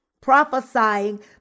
prophesying